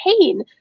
pain